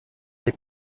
dans